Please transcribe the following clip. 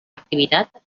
activitat